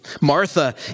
Martha